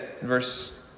verse